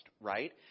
right